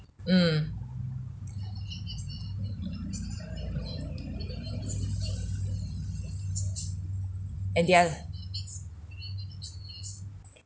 mm and they are